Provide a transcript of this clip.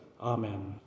Amen